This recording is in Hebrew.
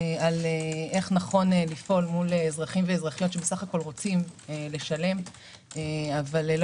על איך נכון לפעול מול אזרחים ואזרחיות שסך הכול רוצים לשלם אבל לא